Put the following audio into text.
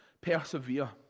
Persevere